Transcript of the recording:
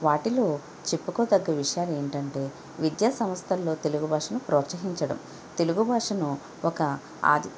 వాటిలో చెప్పుకో దగ్గ విషయాలు ఏంటంటే విద్యాసంస్థల్లో తెలుగు భాషను ప్రోత్సహించడం తెలుగు భాషను ఒక అది